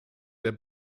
der